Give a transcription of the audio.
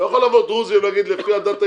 לא יכול לבוא דרוזי ולהגיד: לפי הדת היהודית,